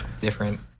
different